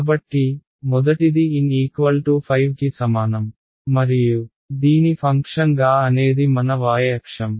కాబట్టి మొదటిది N 5 కి సమానం మరియు దీని ఫంక్షన్గా అనేది మన y అక్షం